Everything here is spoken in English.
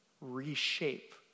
reshape